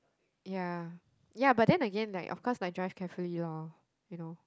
ya ya but then again like of course must drive carefully loh you know